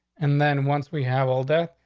and then once we have all day,